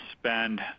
spend